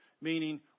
Meaning